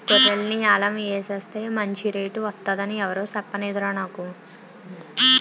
గొర్రెల్ని యాలం ఎసేస్తే మంచి రేటు వొత్తదని ఎవురూ సెప్పనేదురా నాకు